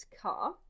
car